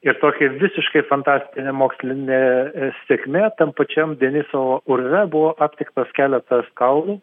ir tokia visiškai fantastinė mokslinė sėkmė tam pačiam denisovo urve buvo aptiktas keletas kaulų